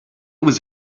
was